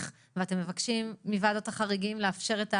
ואתם מבקשים מוועדות החריגים לאפשר.